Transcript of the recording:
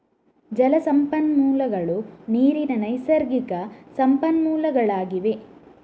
ಜಲ ಸಂಪನ್ಮೂಲಗಳು ನೀರಿನ ನೈಸರ್ಗಿಕ ಸಂಪನ್ಮೂಲಗಳಾಗಿವೆ